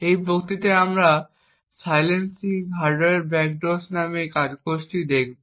এই বক্তৃতায় আমরা সাইলেন্সিং হার্ডওয়্যার ব্যাকডোরস নামক এই কাগজটি দেখব